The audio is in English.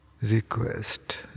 request